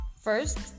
First